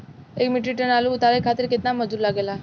एक metric tonne आलू उतारे खातिर केतना मजदूरी लागेला?